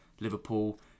Liverpool